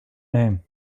name